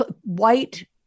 white